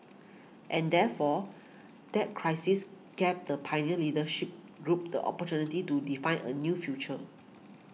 and therefore that crisis gave the pioneer leadership group the opportunity to define a new future